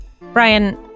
Brian